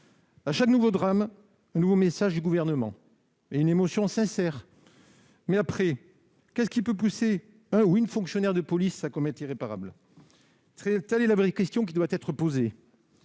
À chaque nouveau drame, il y a un nouveau message du Gouvernement et une émotion sincère. Mais après ? Qu'est-ce qui peut pousser un ou une fonctionnaire de police à commettre l'irréparable ? Telle est la vraie question qui doit être posée.